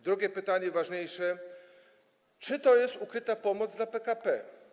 Drugie pytanie, ważniejsze: Czy to jest ukryta pomoc dla PKP?